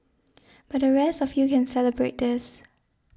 but the rest of you can celebrate this